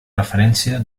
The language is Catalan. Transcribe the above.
referència